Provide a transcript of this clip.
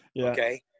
Okay